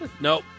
Nope